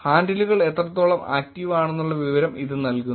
ഹാൻഡിലുകൾ എത്രത്തോളം ആക്റ്റീവ് ആണെന്നുള്ള വിവരം ഇത് നൽകുന്നു